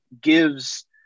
gives